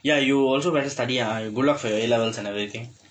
ya you also better study ah good luck for your A levels and everything